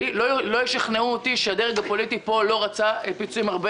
לא ישכנעו אותי שהדרג הפוליטי לא רצה פיצויים הרבה